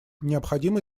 необходимо